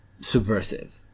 subversive